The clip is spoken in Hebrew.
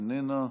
איננה,